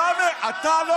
אתה לא.